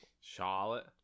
Charlotte